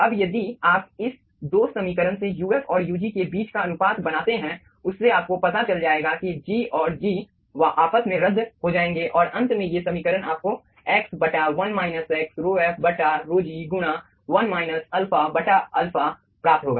अब यदि आप इस 2 समीकरण से uf और ug के बीच का अनुपात बनाते हैं उससे आपको पता चल जाएगा कि G और G आपस में रद्द हो जाएंगे और अंत में ये समीकरण आपको x बटा 1 माइनस x ρf बटा ρg गुणा 1 माइनस अल्फ़ा बटा अल्फ़ा प्राप्त होगा